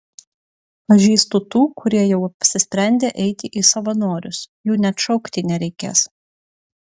pažįstu tų kurie jau apsisprendę eiti į savanorius jų net šaukti nereikės